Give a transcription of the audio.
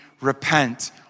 repent